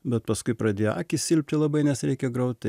bet paskui pradėjo akys silpti labai nes reikia groti